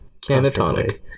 Canatonic